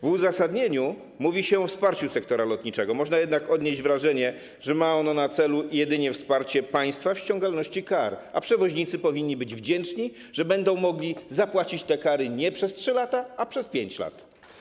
W uzasadnieniu mówi się o wsparciu sektora lotniczego, można jednak odnieść wrażenie, że ma ono na celu jedynie wsparcie państwa w ściągalności kar, a przewoźnicy powinni być wdzięczni, że będą mogli zapłacić te kary nie przez 3 lata, a przez 5 lat.